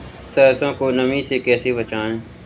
सरसो को नमी से कैसे बचाएं?